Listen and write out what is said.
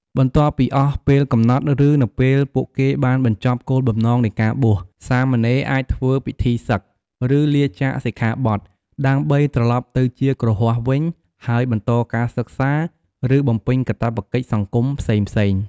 បន្ទាប់ពីអស់ពេលកំណត់ ឬនៅពេលពួកគេបានបញ្ចប់គោលបំណងនៃការបួស សាមណេរអាចធ្វើពិធីសឹក ឬលាចាកសិក្ខាបទ ដើម្បីត្រឡប់ទៅជាគ្រហស្ថវិញ ហើយបន្តការសិក្សា ឬបំពេញកាតព្វកិច្ចសង្គមផ្សេងៗ។